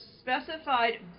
specified